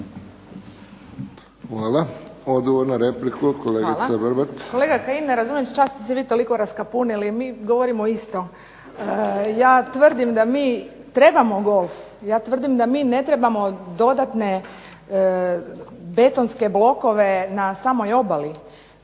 Grgić, Tanja (SDP)** Hvala. Kolega Kajin, ne razumijem ča ste se vi toliko raskapunili. Mi govorimo isto. Ja tvrdim da mi trebamo golf. Ja tvrdim da mi ne trebamo dodatne betonske blokove na samoj obali.